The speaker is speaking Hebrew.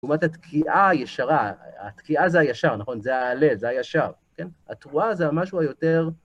לעומת התקיעה הישרה, התקיעה זה הישר, נכון? זה הלב, זה הישר, כן? התרועה זה המשהו היותר...